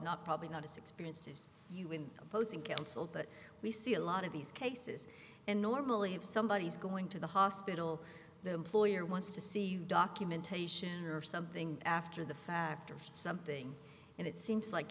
not probably not as experienced as you in opposing counsel but we see a lot of these cases and normally if somebody is going to the hospital the employer wants to see documentation or something after the fact or for something and it seems like